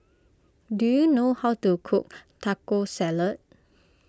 do you know how to cook Taco Salad